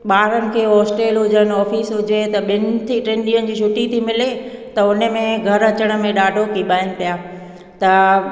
ॿारनि खे हॉस्टेल हुजनि ऑफिस हुजे त ॿिनि टे ॾींहनि जी छुटी थी मिले त हुन में घर अचण में ॾाढो कीॿाइनि पिया त